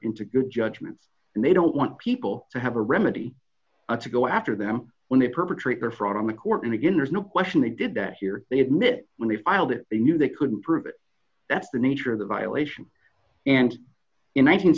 into good judgments and they don't want people to have a remedy to go after them when they perpetrate their fraud on the court and again there's no question they did that here they admit when they filed it they knew they couldn't prove it that's the nature of the violation and in nineteen